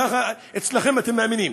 ככה אצלכם, אתם מאמינים.